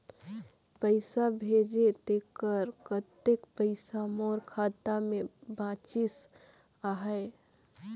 पइसा भेजे तेकर कतेक पइसा मोर खाता मे बाचिस आहाय?